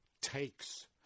takes